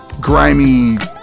grimy